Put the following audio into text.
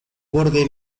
borde